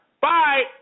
Bye